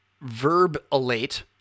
verb-elate